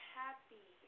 happy